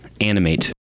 animate